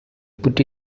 put